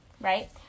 right